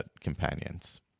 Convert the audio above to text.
companions